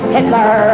Hitler